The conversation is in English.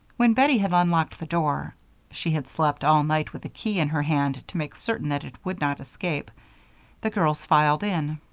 when bettie had unlocked the door she had slept all night with the key in her hand to make certain that it would not escape the girls filed in.